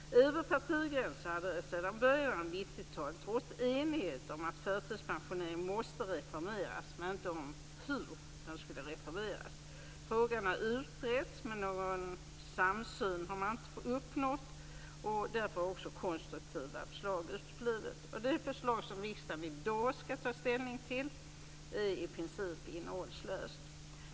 Över partigränserna har det sedan början av 90-talet rått enighet om att förtidspensioneringen måste reformeras, men inte om hur den skulle reformeras. Frågan har utretts, men någon samsyn har man inte uppnått. Därför har också konstruktiva förslag uteblivit. Det förslag som riksdagen i dag skall ta ställning till är i princip innehållslöst.